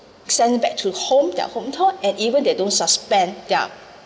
send back to home their hometown and even they don't suspend their